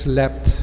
left